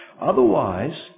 Otherwise